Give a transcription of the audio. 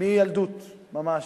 מילדות ממש,